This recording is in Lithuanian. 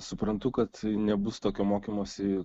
suprantu kad nebus tokio mokymosi